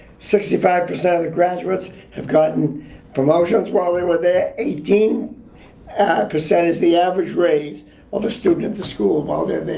sixty five percent of the graduates have gotten promotions while they were there. eighteen percent is the average raise of the student at the school while they're there.